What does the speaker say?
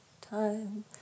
time